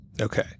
Okay